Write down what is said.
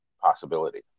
possibility